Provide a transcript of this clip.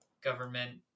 government